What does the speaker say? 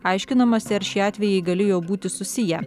aiškinamasi ar šie atvejai galėjo būti susiję